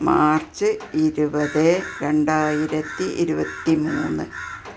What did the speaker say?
March ഇരുപത് രണ്ടായിരത്തി ഇരുപത്തി മൂന്ന്